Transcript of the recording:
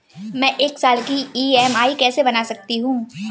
मैं एक साल की ई.एम.आई कैसे बना सकती हूँ?